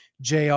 JR